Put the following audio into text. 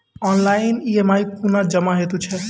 Online EMI कूना जमा हेतु छै?